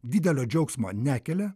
didelio džiaugsmo nekelia